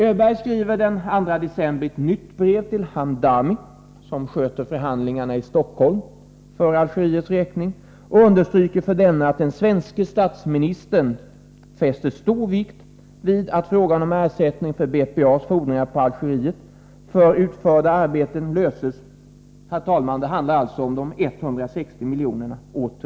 Öberg skriver den 2 december ett nytt brev till Hamdami, som sköter förhandlingarna i Stockholm för Algeriets räkning, och understryker för denne att den svenske statsministern fäster stor vikt vid att frågan om ersättning för BPA:s fordringar när det gäller Algeriet för utförda arbeten löses. Det handlar alltså, herr talman, återigen om de 160 miljonerna.